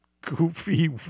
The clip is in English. goofy